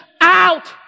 out